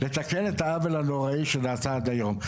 לתקן את העוול הנוראי שנעשה עד היום.